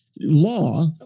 law